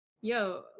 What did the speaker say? yo